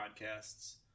podcasts